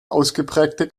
ausgeprägte